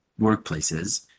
workplaces